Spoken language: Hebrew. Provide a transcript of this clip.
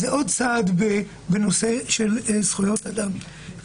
זה עוד צעד בנושא של זכויות אדם.